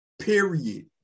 period